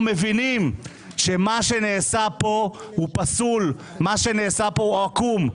מבינים שמה שנעשה כאן הוא פסול והוא עקום.